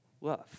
love